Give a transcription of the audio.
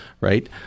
right